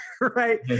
right